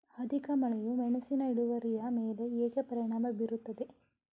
ಅಧಿಕ ಮಳೆಯು ಮೆಣಸಿನ ಇಳುವರಿಯ ಮೇಲೆ ಹೇಗೆ ಪರಿಣಾಮ ಬೀರುತ್ತದೆ?